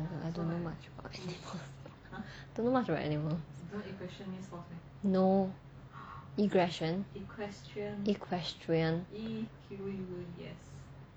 I don't know much about don't know much about animal no equestrian